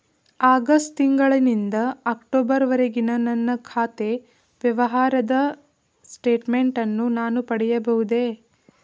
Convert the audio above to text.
August ತಿಂಗಳು ನಿಂದ October ವರೆಗಿನ ನನ್ನ ಖಾತೆ ವ್ಯವಹಾರದ ಸ್ಟೇಟ್ಮೆಂಟನ್ನು ನಾನು ಪಡೆಯಬಹುದೇ?